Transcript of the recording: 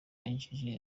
injiji